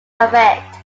effect